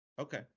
Okay